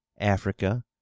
Africa